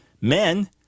men